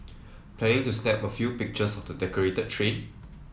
planning to snap a few pictures of the decorated train